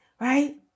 right